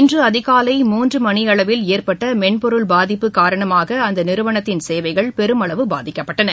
இன்றுஅதிகாலை மூன்றுமணிஅளவில் ஏற்பட்டமென்பொருள் பாதிப்பு காரணமாகஅந்தநிறுவனத்தின் சேவைகள் பெருமளவு பாதிக்கப்பட்டன